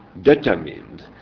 determined